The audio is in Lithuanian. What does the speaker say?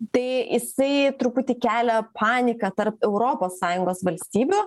tai jisai truputį kelia paniką tarp europos sąjungos valstybių